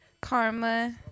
Karma